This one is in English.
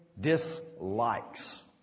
dislikes